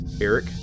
Eric